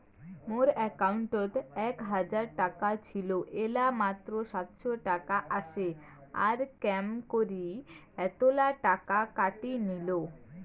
মোর একাউন্টত এক হাজার টাকা ছিল এলা মাত্র সাতশত টাকা আসে আর কেমন করি এতলা টাকা কাটি নিল?